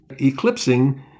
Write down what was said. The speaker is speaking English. eclipsing